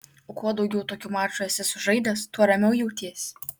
o kuo daugiau tokių mačų esi sužaidęs tuo ramiau jautiesi